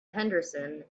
henderson